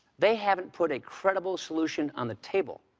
they haven't put a credible solution on the table.